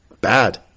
bad